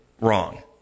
wrong